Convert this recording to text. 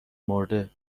مرده